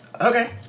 Okay